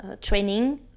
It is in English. training